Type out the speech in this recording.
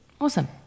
Awesome